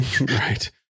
Right